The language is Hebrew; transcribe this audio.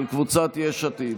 של קבוצת יש עתיד.